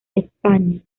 españa